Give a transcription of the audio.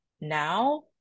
now